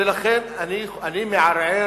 לכן אני מערער,